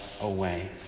away